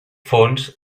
fons